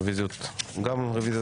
הרביזיה הזו גם נדחתה.